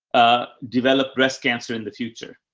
ah, developed breast cancer in the future.